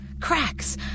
Cracks